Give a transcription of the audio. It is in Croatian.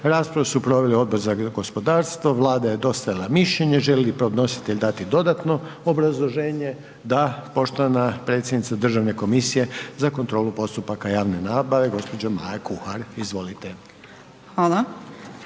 Raspravu su proveli Odbor za gospodarstvo, Vlada je dostavila mišljenje. Želi li podnositelj dati dodatno obrazloženje? Da. Poštovana predsjednica Državne komisije za kontrolu postupaka javne nabave gospođa Maja Kuhar. Izvolite.